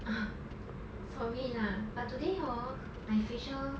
sorry lah but today hor my facial